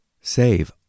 Save